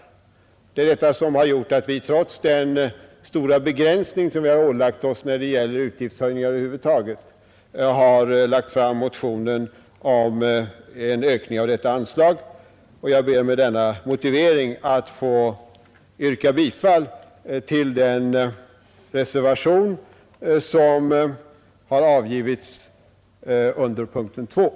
Det är detta som har gjort att vi trots den stora begränsning vi ålagt oss när det gäller utgiftshöjningar över huvud taget har lagt fram motionen om en ökning av detta anslag. Jag ber med denna motivering att få yrka bifall till reservationen 2 a vid punkten 4.